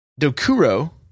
Dokuro